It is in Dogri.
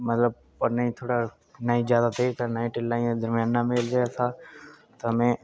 क्लासा च नस्से दे जंदे जंदे अग्गै झल्ला बिच गे उठी ते उसने पंगा करी ओड़ेआ ते स्कूलै च पता चली गेआ त् नुआढ़े चक्करें च मिगी बी